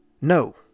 No